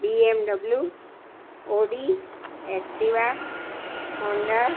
BMW Audi Activa Honda